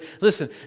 listen